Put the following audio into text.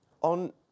On